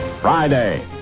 Friday